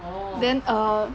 then err